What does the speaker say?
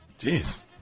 Jeez